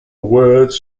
words